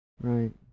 Right